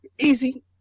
easy